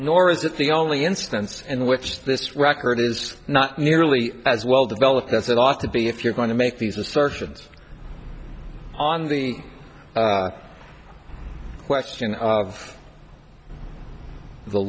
nor is that the only instance in which this record is not nearly as well developed as it ought to be if you're going to make these assertions on the question of the